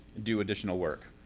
do additional work.